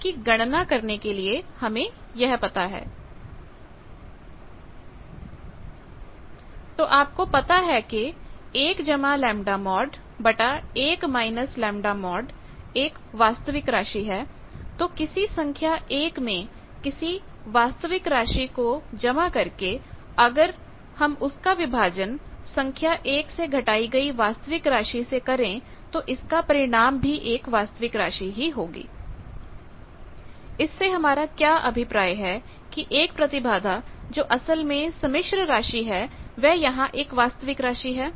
इसकी गणना करने के लिए हमें पता है कि तो आपको पता है कि एक वास्तविक राशि है तो किसी संख्या 1 में किसी वास्तविक राशि को जमा करके अगर उस का विभाजन संख्या 1 से घटाई गई वास्तविक राशि से किया जाए तो इसका परिणाम भी एक वास्तविक राशि ही होगी इससे हमारा क्या अभिप्राय है कि एक प्रतिबाधा जो असल में सम्मिश्रण राशि है वह यहां एक वास्तविक राशि है